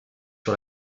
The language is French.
sur